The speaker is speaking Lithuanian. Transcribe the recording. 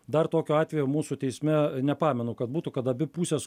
dar tokio atvejo mūsų teisme nepamenu kad būtų kad abi pusės